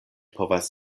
povas